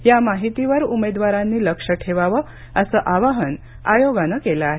या माहितीवर उमेदवारांनी लक्ष ठेवावं असं आवाहन आयोगानं केलं आहे